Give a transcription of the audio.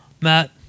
Matt